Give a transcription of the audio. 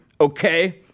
Okay